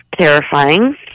Terrifying